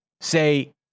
say